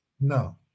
No